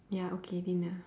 ya okay dinner